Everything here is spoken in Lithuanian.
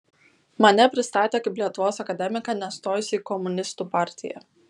mane pristatė kaip lietuvos akademiką nestojusį į komunistų partiją